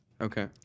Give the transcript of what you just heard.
Okay